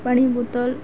ପାଣି ବୋତଲ